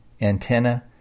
antenna